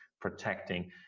protecting